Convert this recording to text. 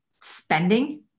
spending